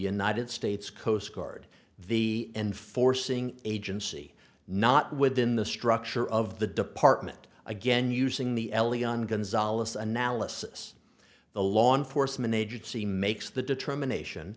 united states coast guard the enforcing agency not within the structure of the department again using the ele and gonzales analysis the law enforcement agency makes the determination